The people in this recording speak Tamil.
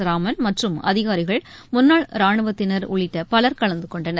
ராமன் மற்றும் அதிகாரிகள் முன்னாள் ராணுவத்தினர் உள்ளிட்டபலர் கலந்துகொண்டனர்